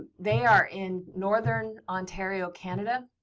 they are in northern ontario, canada